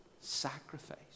sacrifice